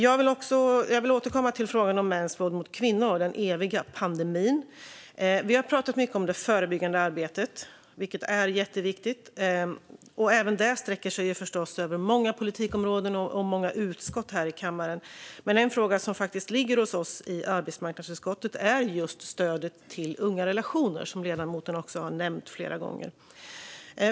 Jag vill återkomma till frågan om mäns våld mot kvinnor - den eviga pandemin. Vi har pratat mycket om det förebyggande arbetet, vilket är mycket viktigt. Även det sträcker sig förstås över många politikområden och många utskott här i kammaren. En fråga som faktiskt ligger hos oss i arbetsmarknadsutskottet är stödet till Ungarelationer.se, som ledamoten också har nämnt flera gånger.